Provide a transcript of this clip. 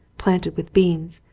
planted with beans,